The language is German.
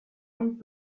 und